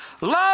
Love